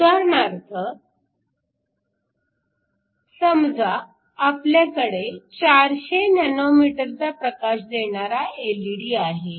उदाहरणार्थ समजा आपल्याकडे 400 नॅनोमीटरचा प्रकाश देणारा एलईडी आहे